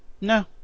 no